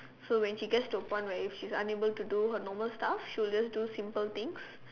so when she gets to a point where if she is unable to do her normal stuff she would just do simple things